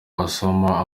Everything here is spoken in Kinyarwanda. wasoma